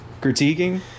critiquing